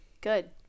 good